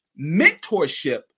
mentorship